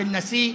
של נשיא,